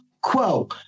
quo